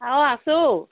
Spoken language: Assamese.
অঁ আছোঁ